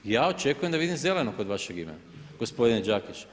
Ja očekujem da vidim zeleno kod vašeg imena gospodine Đakić.